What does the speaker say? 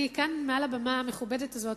כאן, מעל הבמה המכובדת הזאת,